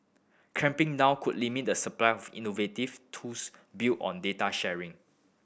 clamping down could limit the supply of innovative tools built on data sharing